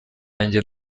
njye